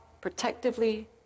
protectively